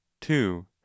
two